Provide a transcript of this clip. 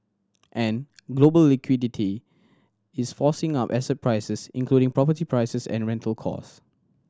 and global liquidity is forcing up asset prices including property prices and rental cost